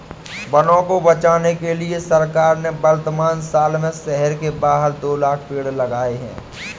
वनों को बचाने के लिए सरकार ने वर्तमान साल में शहर के बाहर दो लाख़ पेड़ लगाए हैं